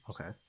okay